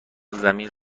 زمین